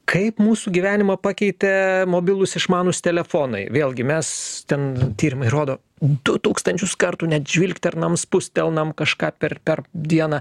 kaip mūsų gyvenimą pakeitė mobilūs išmanūs telefonai vėlgi mes ten tyrimai rodo du tūkstančius kartų net žvilternasm spustelnam kažką per per dieną